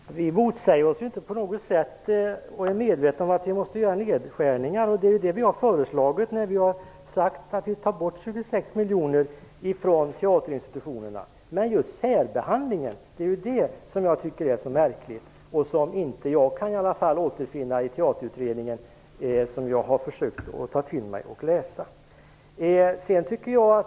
Herr talman! Vi motsäger oss inte på något sätt. Vi är medvetna om att det måste göras nedskärningar. Det är det vi har föreslagit när vi har sagt att vi vill ta bort 26 miljoner från teaterinstitutionerna. Men det är just särbehandlingen som jag tycker är så märklig och som i varje fall inte jag kan återfinna i Teaterutredningen, som jag har försökt att ta till mig och läsa.